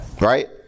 Right